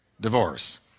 Divorce